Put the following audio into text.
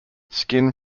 skin